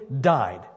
died